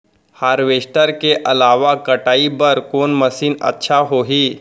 Harvester के अलावा कटाई बर कोन मशीन अच्छा होही?